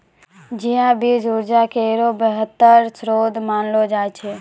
चिया बीज उर्जा केरो बेहतर श्रोत मानलो जाय छै